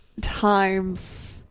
times